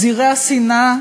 את זרעי השנאה